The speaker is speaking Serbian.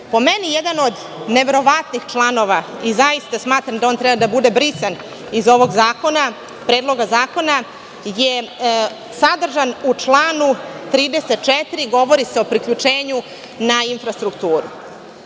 meni, jedan od neverovatnih članova i zaista smatram da on treba da bude brisan iz ovog Predloga zakona je sadržan u članu 34. Govori se o priključenju na infrastrukturu.